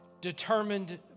determined